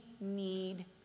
need